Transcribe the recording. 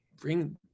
Bring